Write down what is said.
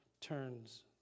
turns